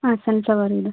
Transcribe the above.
ಹಾಂ ಸನ್ಫ್ಲವರ್ ಇದೆ